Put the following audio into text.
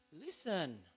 listen